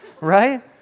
right